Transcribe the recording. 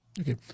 Okay